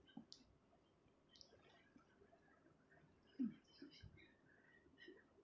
mm